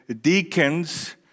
deacons